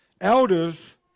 Elders